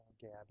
Gabby